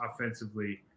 offensively